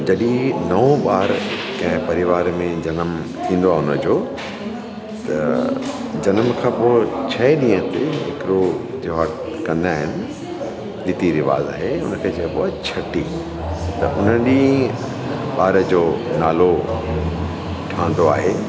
जॾहिं नओं ॿार कंहिं परिवार में जन्मु थींदो आहे उनजो त जन्म खां पोइ छहे ॾींहं ते हिकिड़ो त्यौहार कंदा आहिनि रीति रिवाज़ु आहे उनखे चइबो आहे छठी त उन ॾींहं ॿार जो नालो ठहंदो आहे